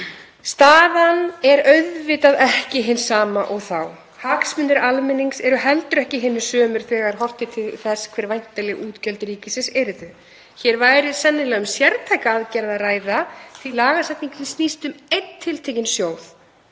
Staðan er auðvitað ekki hin sama og þá. Hagsmunir almennings eru heldur ekki hinir sömu þegar horft er til þess hver væntanleg útgjöld ríkisins yrðu. Hér væri sennilega um sértæka aðgerð að ræða því lagasetningin snýst um einn tiltekinn sjóð,